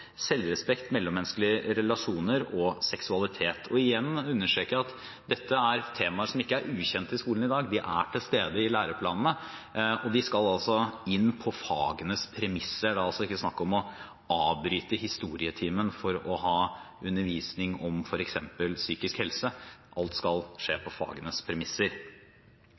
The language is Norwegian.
selvrespekt, mellommenneskelige relasjoner og seksualitet. Igjen vil jeg understreke at dette er temaer som ikke er ukjente i skolen i dag. De er til stede i læreplanene, og de skal inn på fagenes premisser. Det er ikke snakk om å avbryte historietimen for å ha undervisning om f.eks. psykisk helse. Alt skal skje på fagenes premisser.